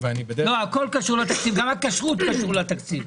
הכול קשור לתקציב, גם הכשרות קשור לתקציב.